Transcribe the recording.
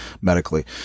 medically